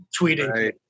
tweeting